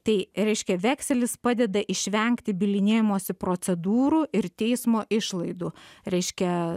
tai reiškia vekselis padeda išvengti bylinėjimosi procedūrų ir teismo išlaidų reiškia